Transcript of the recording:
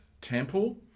temple